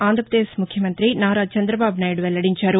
ఆంధ్రప్రదేశ్ ముఖ్యమంత్రి నారా చంద్రబాబు నాయుడు వెల్లదించారు